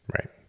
right